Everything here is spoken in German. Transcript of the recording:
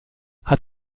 hat